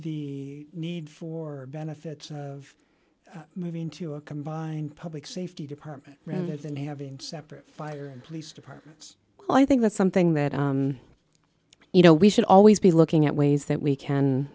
the need for benefits of moving to a combined public safety department rather than having separate fire and police departments well i think that's something that you know we should always be looking at ways that we can